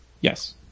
Yes